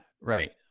right